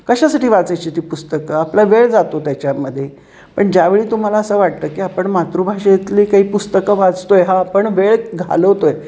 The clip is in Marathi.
कशासाठी वाचायची ती पुस्तकं आपला वेळ जातो त्याच्यामध्ये पण ज्यावेळी तुम्हाला असं वाटतं की आपण मातृभाषेतली काही पुस्तकं वाचतोय हा आपण वेळ घालवतोय